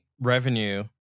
revenue